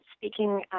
speaking